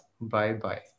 bye-bye